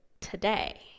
today